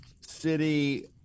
city